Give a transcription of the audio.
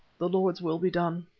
the lord's will be done!